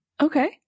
Okay